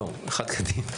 משטרת ישראל).